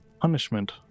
punishment